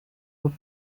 were